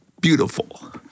beautiful